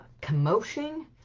commotion